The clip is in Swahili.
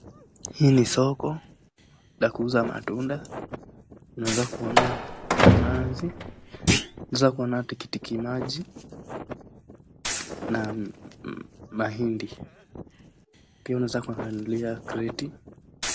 Hili ni soko la kuuza matunda, unaweza kuona nanasi, unaweza kuona tikiti maji na mahindi. Pia unaweza kuona kreti.